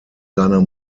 seiner